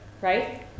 right